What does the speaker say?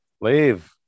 Leave